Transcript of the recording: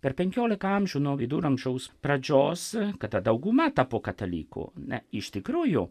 per penkiolika amžių nuo viduramžiaus pradžios kada dauguma tapo katalikų ne iš tikrųjų